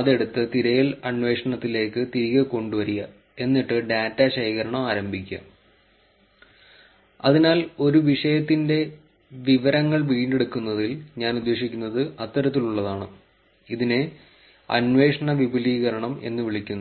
അത് എടുത്ത് തിരയൽ അന്വേഷണത്തിലേക്ക് തിരികെ കൊണ്ടുവരിക എന്നിട്ട് ഡാറ്റ ശേഖരണം ആരംഭിക്കുക അതിനാൽ ഒരു വിഷയത്തിന്റെ വിവരങ്ങൾ വീണ്ടെടുക്കുന്നതിൽ ഞാൻ ഉദ്ദേശിക്കുന്നത് അത്തരത്തിലുള്ളതാണ് ഇതിനെ അന്വേഷണ വിപുലീകരണം എന്ന് വിളിക്കുന്നു